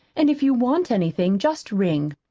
and if you want anything, just ring.